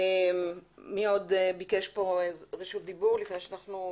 מי עוד ביקש פה רשות דיבור לפני שאנחנו..